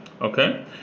Okay